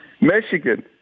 Michigan